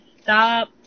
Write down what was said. Stop